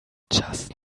just